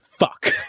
Fuck